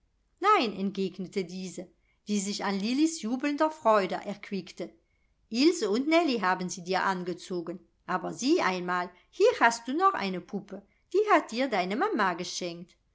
nein entgegnete diese die sich an lillis jubelnder freude erquickte ilse und nellie haben sie dir angezogen aber sieh einmal hier hast du noch eine puppe die hat dir deine mama geschenkt